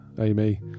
Amy